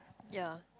ya